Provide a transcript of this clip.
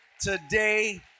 today